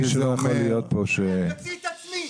מי שלא יכול להיות פה --- אני אוציא את עצמי.